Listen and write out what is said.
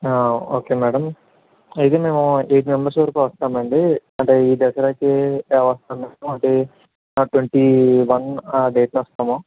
okay madam అయితే మేము eight members వరకు వస్తామండి అంటే ఈ దసరాకి అలా వస్తాము మేము అంటే ట్వంటీ వన్ ఆ డేట్న వస్తాము